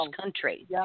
country